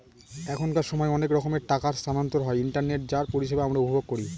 এখনকার সময় অনেক রকমের টাকা স্থানান্তর হয় ইন্টারনেটে যার পরিষেবা আমরা উপভোগ করি